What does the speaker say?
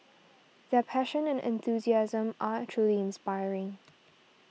their passion and enthusiasm are truly inspiring